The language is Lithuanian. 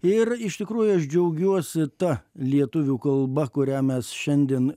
ir iš tikrųjų aš džiaugiuosi ta lietuvių kalba kurią mes šiandien